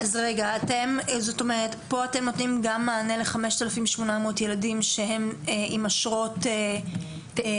כאן אתם נותנים גם מענה ל-5,800 ילדים שהם עם אשרות תייר?